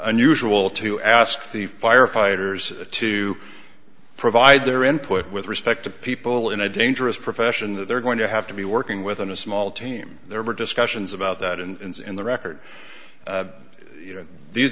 unusual to ask the firefighters to provide their input with respect to people in a dangerous profession that they're going to have to be working with and a small team there are discussions about that and it's in the record you know these